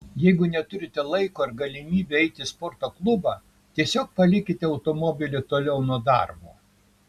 jeigu neturite laiko ar galimybių eiti į sporto klubą tiesiog palikite automobilį toliau nuo darbo